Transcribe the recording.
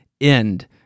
end